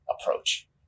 approach